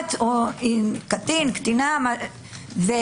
הנפגעת או עם קטין, קטינה ולשמוע.